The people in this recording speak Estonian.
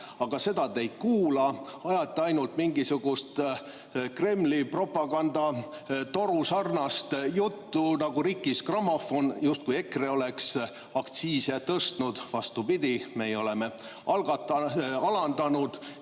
aga seda te ei kuula. Ajate ainult mingisugust Kremli propagandatoru sarnast juttu nagu rikkis grammofon, justkui EKRE oleks aktsiise tõstnud. Vastupidi, me oleme alandanud,